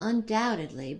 undoubtedly